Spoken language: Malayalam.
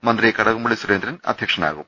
മന്ത്രി കടകും പള്ളി സുരേന്ദ്രൻ അധൃക്ഷനാ കും